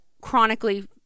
chronically